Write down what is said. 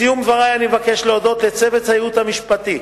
בסיום דברי אני מבקש להודות לצוות הייעוץ המשפטי